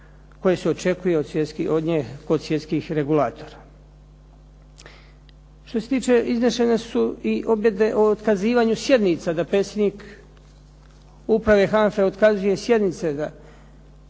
koje se očekuje od nje kod svjetskih regulatora. Što se tiče iznešene su i objede o otkazivanju sjednica da predsjednik Uprave HANFA-e otkazuje sjednice.